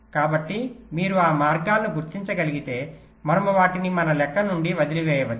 కాబట్టి మీరు ఆ మార్గాలను గుర్తించగలిగితే మనము వాటిని మన లెక్క నుండి వదిలివేయవచ్చు